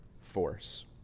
force